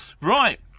Right